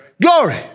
Glory